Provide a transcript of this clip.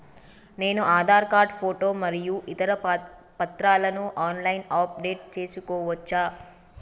నేను Aadhaar card photo మరియు ఇతర పత్రాలను ఆన్ లైన్ అప్ డెట్ చేసుకోవచ్చా?